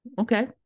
Okay